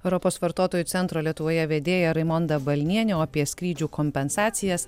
europos vartotojų centro lietuvoje vedėja raimonda balnienė o apie skrydžių kompensacijas